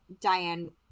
Diane